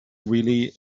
really